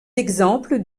exemples